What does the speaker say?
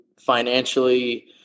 financially